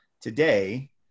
today